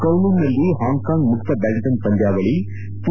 ಕೌವ್ಲೂನ್ನಲ್ಲಿ Hong Kong ಮುಕ್ತ badminton ಪಂದ್ಯಾವಳಿ P